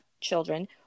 children